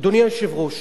אדוני היושב-ראש,